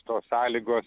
tos sąlygos